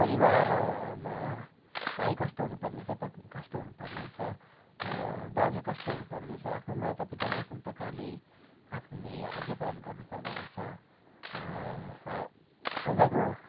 परिवार मा भाइ कस्तो हुनुपर्ने रहेछ पत्नी कस्तो हुनुपर्ने रहेछ दाजु कस्तो हुनुपर्ने रहेछ आफ्नो मातापितालाई कुन प्रकारले आफूले आज्ञा पालन गर्नुपर्दौ रहेछ रा प्रजाको